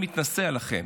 לא מתנשא עליכם,